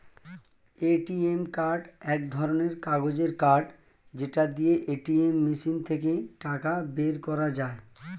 ATM card এক ধরণের কাগজের কার্ড যেটা দিয়ে এটিএম মেশিন থেকে টাকা বের করা যায়